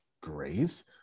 Grace